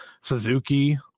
Suzuki